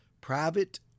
Private